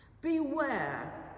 Beware